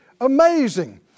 amazing